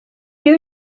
you